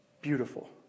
beautiful